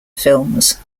films